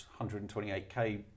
128k